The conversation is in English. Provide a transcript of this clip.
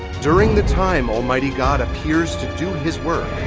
during the time almighty god appears to do his work,